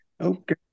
Okay